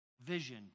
vision